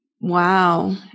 Wow